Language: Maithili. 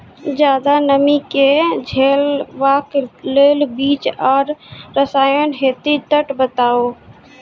ज्यादा नमी के झेलवाक लेल बीज आर रसायन होति तऽ बताऊ?